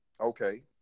Okay